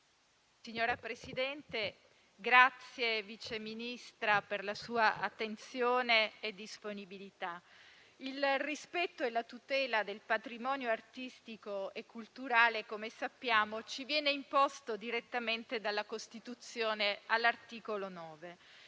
Signora Presidente, ringrazio la Sottosegretaria per la sua attenzione e disponibilità. Il rispetto e la tutela del patrimonio artistico e culturale - come sappiamo - ci viene imposto direttamente dalla Costituzione, all'articolo 9.